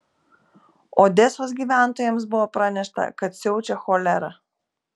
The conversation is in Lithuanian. odesos gyventojams buvo pranešta kad siaučia cholera